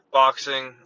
boxing